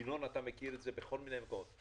ינון אזולאי, אתה מכיר את זה בכל מיני מקומות.